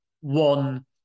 One